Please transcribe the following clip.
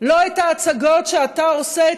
לא את ההצגות שאתה עושה,